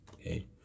Okay